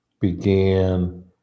began